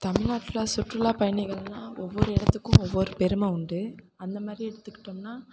தமிழ்நாட்டில் சுற்றுலா பயணிகள்லாம் ஒவ்வொரு இடத்துக்கும் ஒவ்வொரு பெருமை உண்டு அந்த மாதிரி எடுத்துக்கிட்டோம்னால்